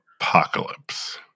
Apocalypse